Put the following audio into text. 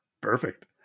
Perfect